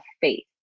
faith